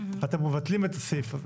אתם מבטלים את הסעיף הזה.